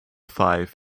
five